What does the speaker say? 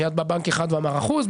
מיד בא בנק אחד ואמר אחוז,